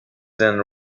than